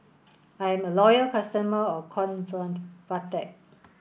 I'm a loyal customer of